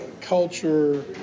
culture